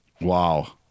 wow